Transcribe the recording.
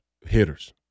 Hitters